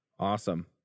Awesome